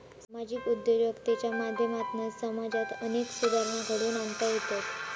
सामाजिक उद्योजकतेच्या माध्यमातना समाजात अनेक सुधारणा घडवुन आणता येतत